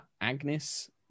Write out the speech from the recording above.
Agnes